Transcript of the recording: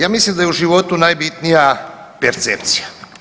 Ja mislim da je u životu najbitnija percepcija.